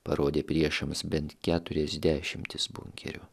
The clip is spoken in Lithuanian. parodė priešams bent keturias dešimtis bunkerių